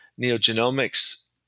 NeoGenomics